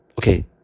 okay